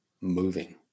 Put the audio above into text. moving